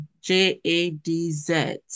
j-a-d-z